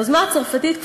היוזמה הצרפתית,